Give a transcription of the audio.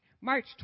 March